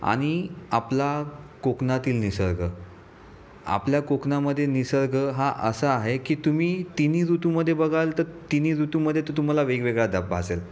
आणि आपला कोकणातील निसर्ग आपल्या कोकणामध्ये निसर्ग हा असा आहे की तुम्ही तिन्ही ऋतूमध्ये बघाल तर तिन्ही ऋतूमध्ये तो तुम्हाला वेगवेगळा दब्बा असेल